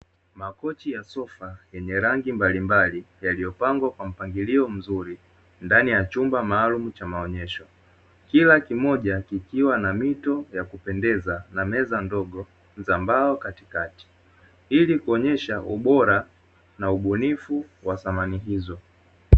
Makochi ya sofa yenye rangi mbalimbali, yaliyopangwa kwa mpangilio mzuri ndani ya chumba maaalumu cha maonyesho. Kila kimoja kiikiwa na mito ya kupendeza na meza ndogo za mbao katikati, ili kuonesha ubora na ubunifu wa samani hizo.